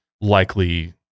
likely